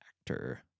actor